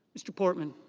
mr. portman